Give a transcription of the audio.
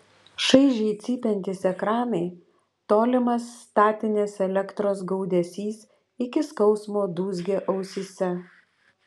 šaižiai cypiantys ekranai tolimas statinės elektros gaudesys iki skausmo dūzgė ausyse